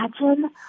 imagine